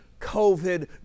COVID